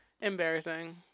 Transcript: embarrassing